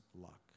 luck